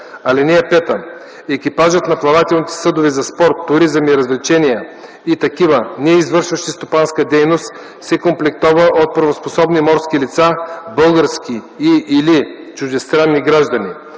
(5) Екипажът на плавателните съдове за спорт, туризъм и развлечения и такива, неизвършващи стопанска дейност, се комплектова от правоспособни морски лица – български и/или чуждестранни граждани.